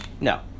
No